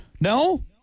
No